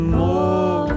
more